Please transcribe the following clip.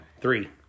Three